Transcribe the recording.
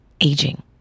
aging